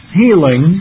healing